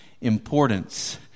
importance